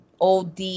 OD